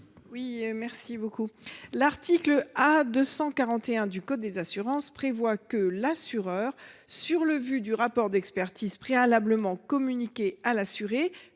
Mme Nadia Sollogoub. L’article A. 241 1 du code des assurances prévoyait que « l’assureur, sur le vu du rapport d’expertise préalablement communiqué à l’assuré,